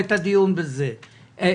עד שהפציע לתוך ביתנו הנושא הזה של קדימה